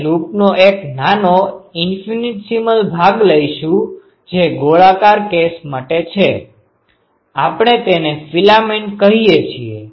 આપણે લૂપનો એક નાનો ઈન્ફીનીટસિમલ ભાગ લઈશું જે ગોળાકાર કેસ માટે છે આપણે તેને ફિલામેન્ટ કહીએ છીએ